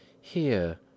Here